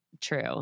true